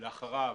אחריו